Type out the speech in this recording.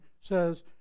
says